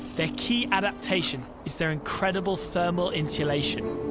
their key adaptation is their incredible thermal insulation.